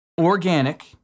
organic